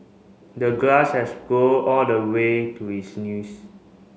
the grass has grow all the way to his knees